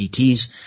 ETs